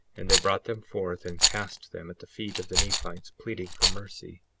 and they brought them forth and cast them at the feet of the nephites, pleading for mercy.